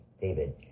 David